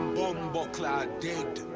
but clart dead!